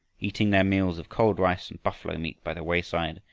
eating their meals of cold rice and buffalo-meat by the wayside,